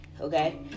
okay